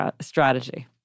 strategy